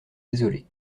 désolé